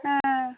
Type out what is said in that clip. ಹಾಂ